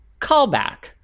callback